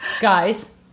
guys